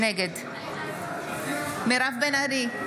נגד מירב בן ארי,